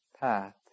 path